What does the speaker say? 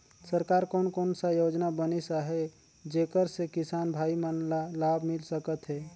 सरकार कोन कोन सा योजना बनिस आहाय जेकर से किसान भाई मन ला लाभ मिल सकथ हे?